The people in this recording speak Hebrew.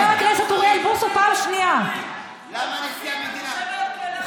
למה אתה בוחר, למה נשיא המדינה, הם יבחרו בגלוי.